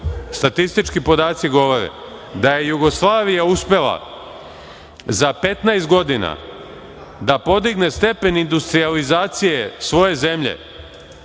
statistički podaci govore da je Jugoslavija uspela za 15 godina da podigne stepen industrijalizacije svoje zemlje